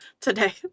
today